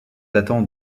datant